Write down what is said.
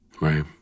Right